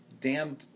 damned